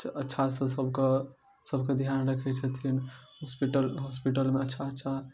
अच्छा अच्छासँ सभके सभके ध्यान रखै छथिन हॉस्पिटल हॉस्पिटलमे अच्छा अच्छा